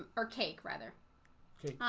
or cake rather okay.